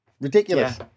Ridiculous